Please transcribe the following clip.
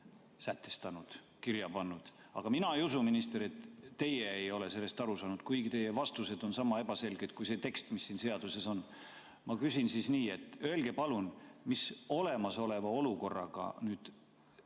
sätestanud, kirja pannud, aga mina ei usu, minister, et teie ei ole sellest aru saanud, kuigi teie vastused on niisama ebaselged kui see tekst, mis siin seaduses on. Ma küsin siis nii: öelge palun, mis olemasoleva olukorraga